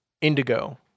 indigo